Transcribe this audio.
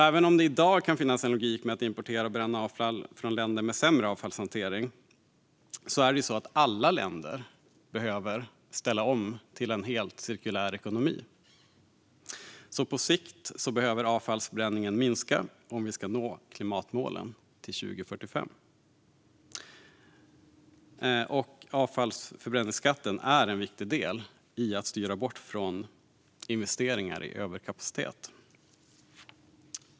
Även om det i dag kan finnas en logik i att importera och bränna avfall från länder med sämre avfallshantering behöver alla länder ställa om till en helt cirkulär ekonomi. På sikt behöver avfallsförbränningen minska om vi ska nå klimatmålen till 2045, och avfallsförbränningsskatten är en viktig del i att styra bort från investeringar i överkapacitet.